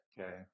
Okay